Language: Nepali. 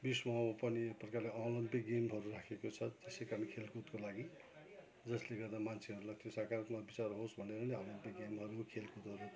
विश्वमा पनि यो प्रकारले ओलम्पिक गेमहरू राखेको छ त्यसै कारण खेलकुदको लागि जसले गर्दा मान्छेहरूलाई त्यो साकारात्मक विचार होस् नै भनेर ओलम्पिक गेमहरू खेलकुदहरूको